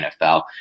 NFL